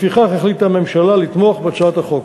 לפיכך החליטה הממשלה לתמוך בהצעת החוק.